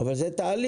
אבל זה תהליך,